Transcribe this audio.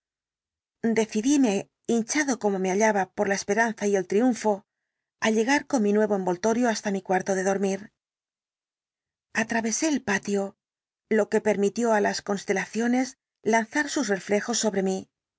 caso como me hallaba por la esperanza y el triunfo á llegar con mi nuevo envoltorio hasta mi cuarto de dormir atravesé el patio lo que permitió á las constelaciones lanzar sus reflejos sobre mí